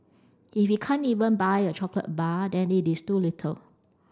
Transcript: if he can't even buy a chocolate bar then it is too little